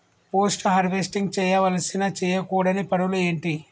Post harvesting చేయవలసిన చేయకూడని పనులు ఏంటి?